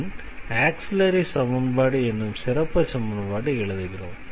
பின் auxiliary சமன்பாடு எனும் சிறப்புச் சமன்பாட்டை எழுதுகிறோம்